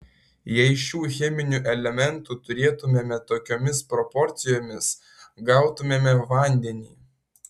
jei šių cheminių elementų turėtumėme tokiomis proporcijomis gautumėme vandenį